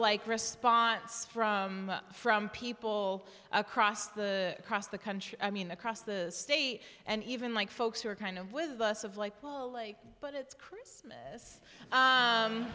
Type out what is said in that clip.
like response from from people across the cross the country i mean across the state and even like folks who are kind of with us of like well like but it's chris